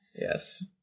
Yes